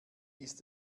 ist